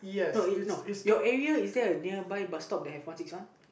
no uh no your area is there a nearby bus stop with one six one